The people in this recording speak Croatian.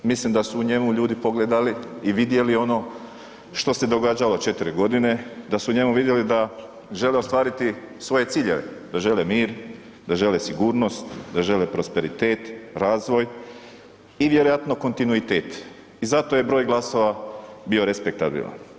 Mislim da su u njemu ljudi pogledali i vidjeli ono što se događalo 4 godine, da su u njemu vidjeli da žele ostvariti svoje ciljeve, da žele mir, da žele sigurnost, da žele prosperitet, razvoj i vjerojatno kontinuitet i zato je broj glasova bio respektabilan.